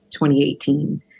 2018